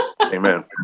Amen